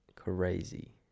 crazy